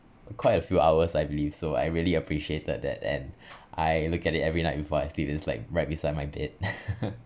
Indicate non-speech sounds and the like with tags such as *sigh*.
quite a *noise* few hours I believe so I really appreciated that and *breath* *noise* I look at it every night before I sleep it's like right beside my bed *laughs*